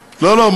לא, לא.